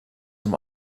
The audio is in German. dem